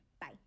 bye